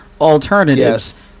alternatives